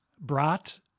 brat